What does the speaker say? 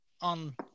on